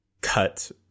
cut